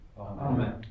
Amen